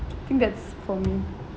I think that's for me